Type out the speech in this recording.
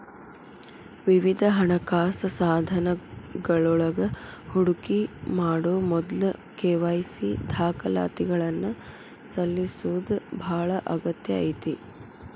ವಿವಿಧ ಹಣಕಾಸ ಸಾಧನಗಳೊಳಗ ಹೂಡಿಕಿ ಮಾಡೊ ಮೊದ್ಲ ಕೆ.ವಾಯ್.ಸಿ ದಾಖಲಾತಿಗಳನ್ನ ಸಲ್ಲಿಸೋದ ಬಾಳ ಅಗತ್ಯ ಐತಿ